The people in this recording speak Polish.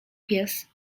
pies